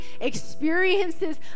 experiences